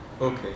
Okay